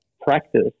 practice